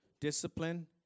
Discipline